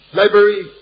library